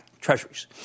treasuries